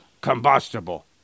combustible